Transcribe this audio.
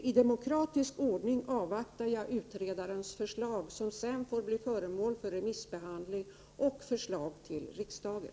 I demokratisk ordning avvaktar jag utredarens förslag som sedan får bli föremål för remissbehandling och för behandling i riksdagen.